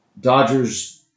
Dodgers